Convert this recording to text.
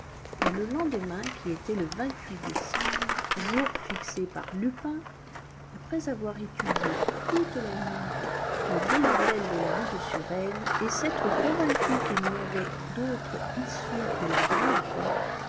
et le lendemain qui était le décembre jour fixé par lupin après avoir étudié toute la nuit le vieil hôtel de la rue de surène et s'être convaincu qu'il n'y avait d'autre issue que la grande porte